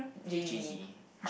Jay-Z